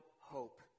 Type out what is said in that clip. hope